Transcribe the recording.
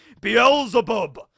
Beelzebub